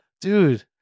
Dude